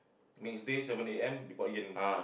next day seven A_M report again